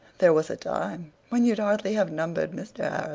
there was a time when you'd hardly have numbered mr.